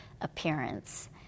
appearance